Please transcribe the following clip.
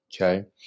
Okay